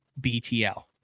BTL